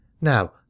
Now